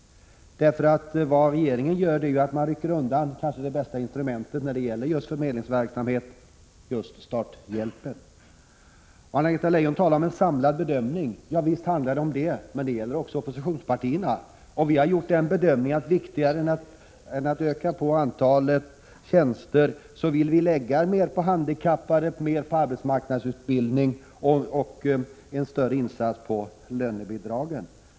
Vad regeringen gör är att rycka undan det kanske bästa instrumentet när det gäller förmedlingsverksamhet — starthjälpen. Anna Greta Leijon talar om en samlad bedömning. Visst handlar det om det. Men det gäller också oppositionspartierna. Vi har gjort den bedömningen att viktigare än att öka antalet tjänster är att lägga mer på handikappade, mer på arbetsmarknadsutbildning och att göra en större insats beträffande lönebidraget.